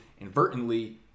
inadvertently